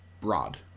broad